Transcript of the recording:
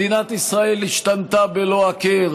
מדינת ישראל השתנתה בלא הכר: